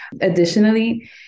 Additionally